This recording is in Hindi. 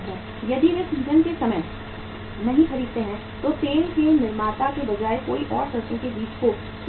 यदि वे सीजन के समय नहीं खरीदते हैं तो तेल के निर्माता के बजाय कोई और सरसों के बीज को स्टोर करेगा